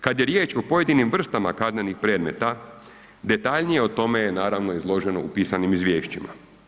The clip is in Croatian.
Kad je riječ o pojedinim vrstama kaznenih predmeta detaljnije o tome je naravno izloženo u pisanim izvješćima.